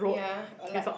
ya I like